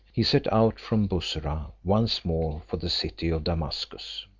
he set out from bussorah once more for the city of damascus.